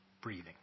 breathing